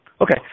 Okay